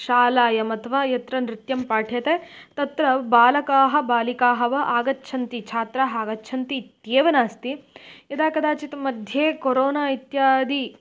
शालायाम् अथवा यत्र नृत्यं पाठ्यते तत्र बालकाः बालिकाः वा आगच्छन्ति छात्राः आगच्छन्ति इत्येव नास्ति यदा कदाचित् मध्ये कोरोना इत्यादि